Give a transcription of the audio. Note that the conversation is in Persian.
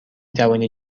توانی